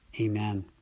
Amen